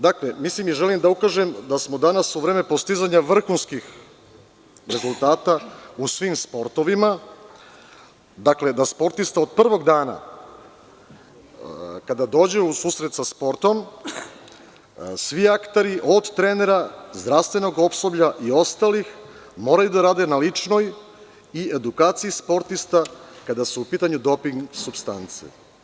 Dakle, želim da ukažem na to da danas, u vreme postizanja vrhunskih rezultata u svim sportovima, sportista od prvog dana kada dođe u susret sa sportom, svi akteri, od trenera, zdravstvenog osoblja i ostalih, moraju da rade na ličnoj i edukaciji sportista kada su u pitanju doping supstance.